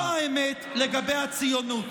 זו האמת לגבי הציונות.